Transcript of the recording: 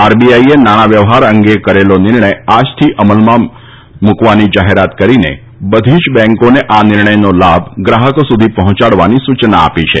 આઈબીઆઈએ નાણાં વ્યવહાર અંગેનો નિર્ણય આજથી અમલમાં મૂકવાની જાહેરાત કરીને બધી જ બેંકોને આ નિર્ણયનો લાભ ગ્રાહકો સુધી પહોંચાડવાની સૂયના આપી છે